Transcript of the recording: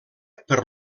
per